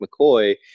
McCoy